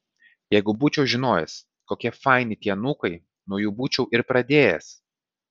jeigu būčiau žinojęs kokie faini tie anūkai nuo jų būčiau ir pradėjęs